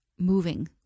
moving